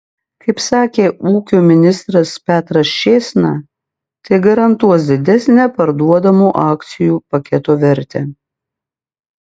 kaip sakė ūkio ministras petras čėsna tai garantuos didesnę parduodamo akcijų paketo vertę